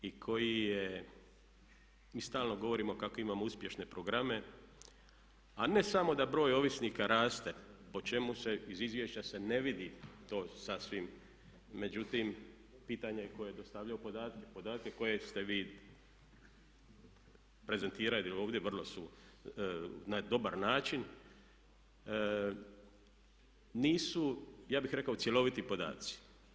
Mi stalno govorimo kako imamo uspješne programe, a ne samo da broj ovisnika raste po čemu se iz izvješća ne vidi to sasvim, međutim pitanje je tko je dostavljao podatke, podatke koje ste vi prezentirali ovdje, vrlo su na dobar način, nisu ja bih rekao cjeloviti podaci.